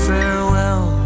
Farewell